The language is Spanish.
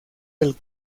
del